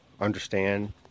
understand